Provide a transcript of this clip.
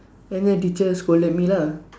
and then teacher scolded me lah